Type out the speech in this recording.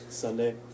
Sunday